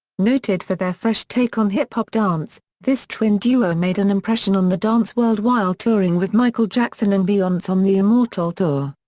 noted for their fresh take on hip-hop dance, this twin duo made an impression on the dance world while touring with michael jackson and beyonce on the immortal tour.